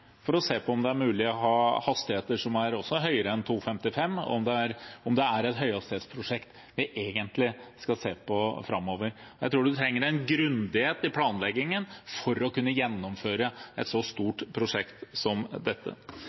for å se på om det er mulig å ha hastigheter som er høyere enn 255 km/t, og om det er et høyhastighetsprosjekt vi egentlig skal se på framover. Jeg tror man trenger en grundighet i planleggingen for å kunne gjennomføre et så stort prosjekt som dette.